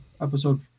episode